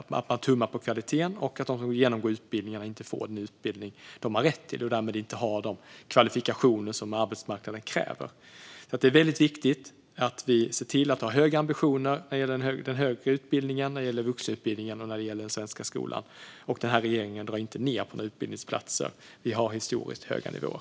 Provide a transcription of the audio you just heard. att man tummar på kvaliteten och att de som genomgår utbildningarna inte får den utbildning de har rätt till och därmed inte har de kvalifikationer som arbetsmarknaden kräver. Det är väldigt viktigt att vi har höga ambitioner när det gäller den högre utbildningen, vuxenutbildningen och den svenska skolan. Denna regering drar inte ned på antalet utbildningsplatser, utan vi har historiskt höga nivåer.